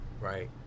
right